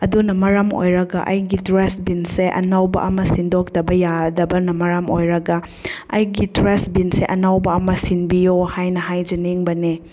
ꯑꯗꯨꯅ ꯃꯔꯝ ꯑꯣꯏꯔꯒ ꯑꯩꯒꯤ ꯇ꯭ꯔꯥꯁ ꯕꯤꯟꯁꯦ ꯑꯅꯧꯕ ꯑꯃ ꯁꯤꯟꯗꯣꯛꯇꯕ ꯌꯥꯗꯕꯅ ꯃꯔꯝ ꯑꯣꯏꯔꯒ ꯑꯩꯒꯤ ꯇ꯭ꯔꯥꯁ ꯕꯤꯟꯁꯦ ꯑꯅꯧꯕ ꯑꯃ ꯁꯤꯟꯕꯤꯌꯣ ꯍꯥꯏꯅ ꯍꯥꯏꯖꯅꯤꯡꯕꯅꯦ